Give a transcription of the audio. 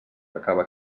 acaba